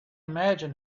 imagine